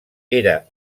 era